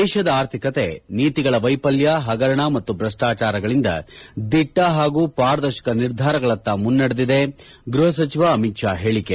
ದೇಶ ಆರ್ಥಿಕತೆ ನೀತಿಗಳ ವೈಫಲ್ಯ ಹಗರಣ ಮತ್ತು ಭ್ರಷ್ಟಾಚಾರಗಳಿಂದ ದಿಟ್ಟ ಹಾಗೂ ಪಾರದರ್ಶಕ ನಿರ್ಧಾರಗಳತ್ತ ಮುನೃಡೆದಿದೆ ಗ್ಬಹ ಸಚಿವ ಅಮಿತ್ ಶಾ ಹೇಳಿಕೆ